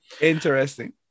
interesting